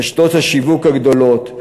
רשתות השיווק הגדולות,